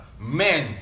Men